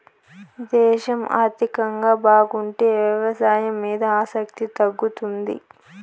దేశం ఆర్థికంగా బాగుంటే వ్యవసాయం మీద ఆసక్తి తగ్గుతుంది